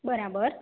બરાબર